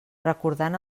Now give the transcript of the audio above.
recordant